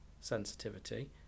sensitivity